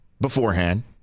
beforehand